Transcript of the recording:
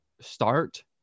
start